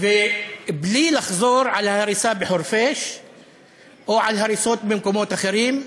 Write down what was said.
ובלי לחזור על ההריסה בחורפיש או על הריסות במקומות אחרים.